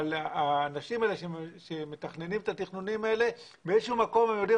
אבל האנשים האלה שמתכננים את התכנונים האלה באיזה שהוא מקום הם יודעים,